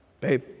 Babe